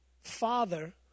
father